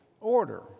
order